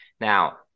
Now